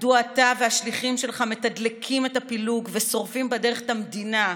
מדוע אתה והשליחים שלך מתדלקים את הפילוג ושורפים בדרך את המדינה,